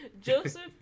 Joseph